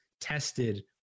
tested